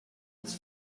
its